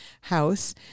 house